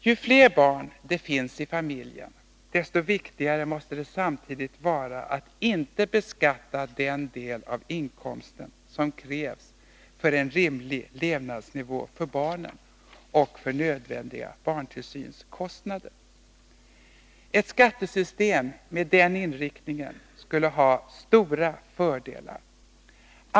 Ju fler barn som finns i familjen, desto viktigare måste det vara att inte beskatta den del av inkomsten som krävs för en rimlig levnadsnivå för barnen och för nödvändiga barntillsynskostnader. Ett skattesystem med den inriktningen skulle ha stora fördelar.